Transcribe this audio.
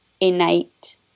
innate